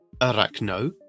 Arachno –